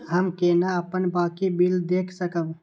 हम केना अपन बाँकी बिल देख सकब?